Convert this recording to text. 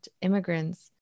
immigrants